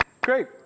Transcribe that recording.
Great